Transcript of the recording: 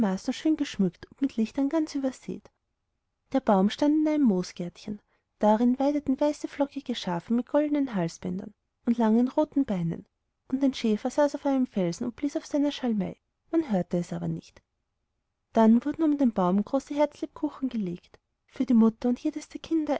schön geschmückt und mit lichtern ganz übersät der baum stand in einem moosgärtchen darin weideten weiße flockige schafe mit goldnen halsbändern und langen roten beinen und ein schäfer saß auf einem felsen und blies auf seiner schalmei man hörte es aber nicht dann wurden um den baum herum große herzlebkuchen gelegt für die mutter und jedes der kinder